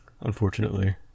unfortunately